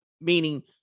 meaning